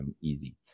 easy